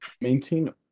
Maintain